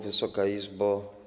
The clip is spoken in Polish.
Wysoka Izbo!